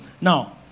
Now